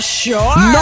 sure